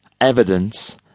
evidence